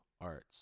arts